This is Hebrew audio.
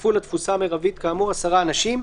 יתווספו לתפוסה המרבית כאמור 10 אנשים,